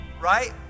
right